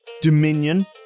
dominion